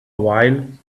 while